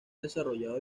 desarrollado